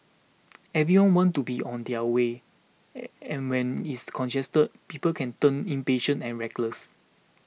everyone wants to be on their way and and when it's congested people can turn impatient and reckless